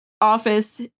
office